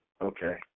Okay